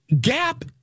Gap